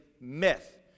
myth